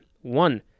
One